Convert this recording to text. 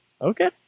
Okay